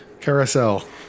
Carousel